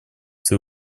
свои